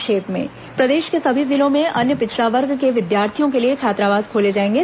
संक्षिप्त समाचार प्रदेश के सभी जिलों में अन्य पिछड़ा वर्ग के विद्यार्थियों के लिए छात्रावास खोले जाएंगे